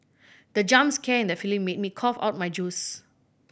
the jump scare in the film made me cough out my juice